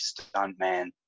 Stuntman